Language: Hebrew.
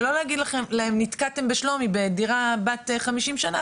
ולא להגיד לכם נתקעתם בשלומי בדירה בת 50 שנה,